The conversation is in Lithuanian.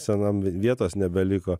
senam vietos nebeliko